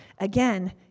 again